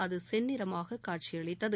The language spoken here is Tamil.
அது செந்நிறமாக காட்சியளித்தது